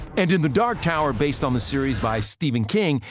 and in the dark tower, based on the series by stephen king,